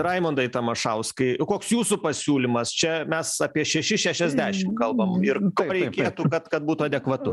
raimundai tamašauskai koks jūsų pasiūlymas čia mes apie šešis šešiasdešim kalbam ir kaip reikėtų kad kad būtų adekvatu